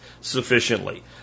sufficiently